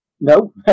No